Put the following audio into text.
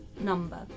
number